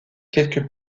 quelque